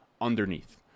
underneath